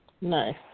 Nice